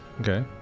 Okay